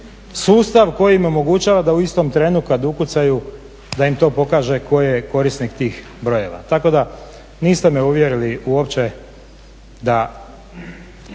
sustav koji im omogućava da u istom trenu kad ukucaju da im to pokaže tko je korisnik tih brojeva. Tako da niste me uvjerili uopće da